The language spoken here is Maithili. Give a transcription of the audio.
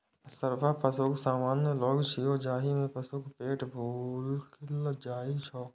अफरा पशुक सामान्य रोग छियै, जाहि मे पशुक पेट फूलि जाइ छै